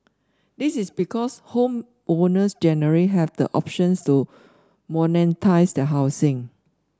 this is because homeowners generally have the options to monetise their housing